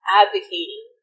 advocating